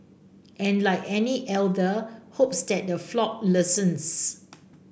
and like any elder hopes that the flock listens